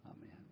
Amen